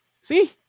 See